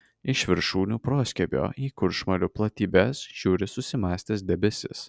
iš viršūnių proskiebio į kuršmarių platybes žiūri susimąstęs debesis